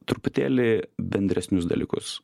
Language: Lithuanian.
truputėlį bendresnius dalykus